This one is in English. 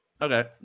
Okay